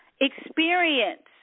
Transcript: experience